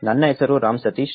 ನನ್ನ ಹೆಸರು ರಾಮ್ ಸತೀಶ್